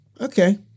okay